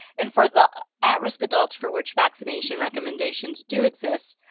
and for the at-risk adults for which vaccination vaccination do exist,